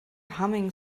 humming